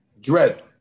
dread